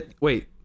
Wait